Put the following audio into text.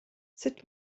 sut